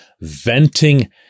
venting